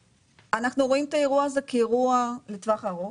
אנחנו רואים את האירוע הזה כאירוע לטווח ארוך.